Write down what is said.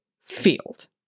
field